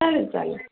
चालेल चालेल